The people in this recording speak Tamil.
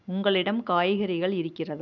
உங்களிடம் காய்கறிகள் இருக்கிறதா